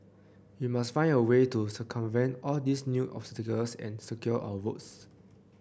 we must find a way to circumvent all these new obstacles and secure our votes